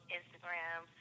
Instagram